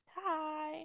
Hi